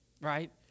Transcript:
right